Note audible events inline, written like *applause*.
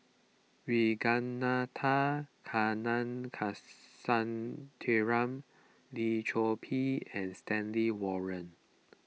Ragunathar *unintelligible* Lim Chor Pee and Stanley Warren